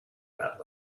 bad